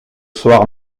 soir